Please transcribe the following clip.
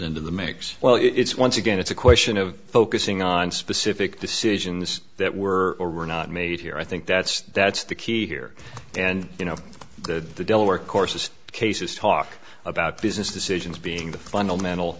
into the mix well it's once again it's a question of focusing on specific decisions that were or were not made here i think that's that's the key here and you know the delaware courses cases talk about business decisions being the fundamental